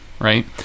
right